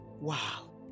Wow